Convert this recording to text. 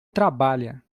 trabalha